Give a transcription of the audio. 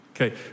Okay